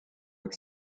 mit